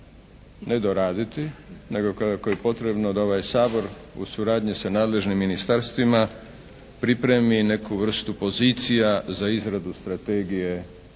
ne doraditi nego ga je potrebno da ovaj Sabor u suradnji sa nadležnim ministarstvima pripremi neku vrstu pozicija za izradu Strategije